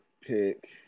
pick